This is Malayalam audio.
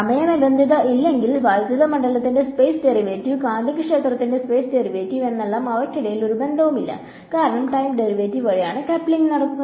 സമയ നിബന്ധനകൾ ഇല്ലെങ്കിൽ വൈദ്യുത മണ്ഡലത്തിന്റെ സ്പേസ് ഡെറിവേറ്റീവ് കാന്തികക്ഷേത്രത്തിന്റെ സ്പേസ് ഡെറിവേറ്റീവ് എന്നെല്ലാം അവയ്ക്കിടയിൽ ഒരു ബന്ധവുമില്ല കാരണം ടൈം ഡെറിവേറ്റീവ് വഴിയാണ് കപ്ലിംഗ് നടക്കുന്നത്